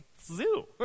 zoo